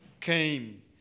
came